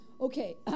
okay